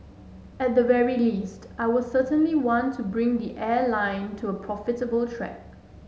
at the very least I will certainly want to bring the airline to a profitable track